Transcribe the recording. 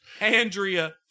Andrea